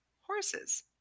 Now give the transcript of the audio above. horses